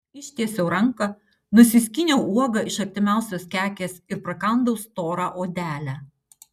ištiesiau ranką nusiskyniau uogą iš artimiausios kekės ir prakandau storą odelę